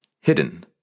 hidden